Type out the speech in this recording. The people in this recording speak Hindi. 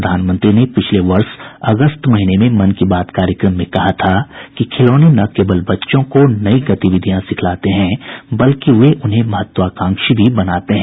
प्रधानमंत्री ने पिछले वर्ष अगस्त में मन की बात कार्यक्रम में कहा था कि खिलौने न केवल बच्चों को नयी गतिविधियां सिखलाते हैं बल्कि वे उन्हें महत्वाकांक्षी भी बनाते हैं